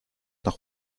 nach